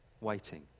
Waiting